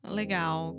legal